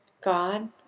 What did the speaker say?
God